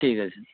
ঠিক আছে